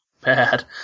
bad